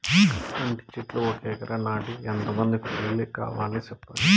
అంటి చెట్లు ఒక ఎకరా నాటేకి ఎంత మంది కూలీలు కావాలి? సెప్పండి?